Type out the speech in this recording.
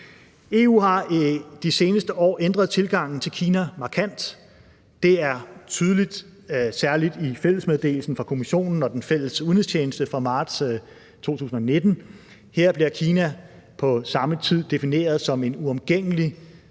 EU har de seneste år ændret tilgangen til Kina markant. Det er tydeligt, særligt i fællesmeddelelsen fra Kommissionen og Den Fælles Udenrigstjeneste fra marts 2019. Her bliver Kina på samme tid defineret som en uomgængelig